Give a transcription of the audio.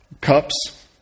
cups